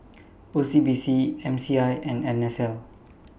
O C B C M C I and N S L